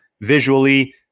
visually